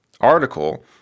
article